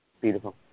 beautiful